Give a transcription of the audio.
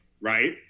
Right